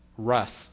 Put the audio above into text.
Rust